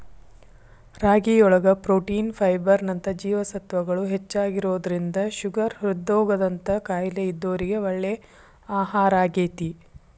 ರಾಗಿಯೊಳಗ protein, fibre ನಂತ ಜೇವಸತ್ವಗಳು ಹೆಚ್ಚಾಗಿರೋದ್ರಿಂದ ಶುಗರ್, ಹೃದ್ರೋಗ ದಂತ ಕಾಯಲೇ ಇದ್ದೋರಿಗೆ ಒಳ್ಳೆ ಆಹಾರಾಗೇತಿ